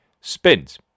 spins